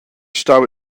stau